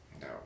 no